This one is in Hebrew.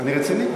אני רציני,